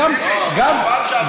גם בפעם שעברה,